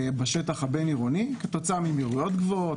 בשטח הבין-עירוני כתוצאה ממהירויות גבוהות,